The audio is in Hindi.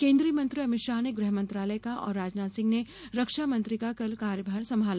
केन्द्रीय मंत्री अमित शाह ने गृह मंत्रालय का और राजनाथ सिंह ने रक्षा मंत्री का कल कार्यभार संभाला